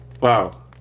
Wow